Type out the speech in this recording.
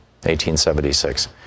1876